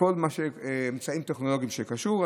וכל האמצעים הטכנולוגיים שקשורים.